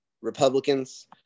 Republicans